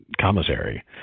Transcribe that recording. commissary